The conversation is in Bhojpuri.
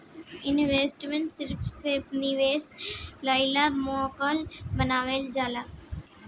इन्वेस्टमेंट सर्विस से निवेश लायक माहौल बानावल जाला